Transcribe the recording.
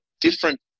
different